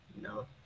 no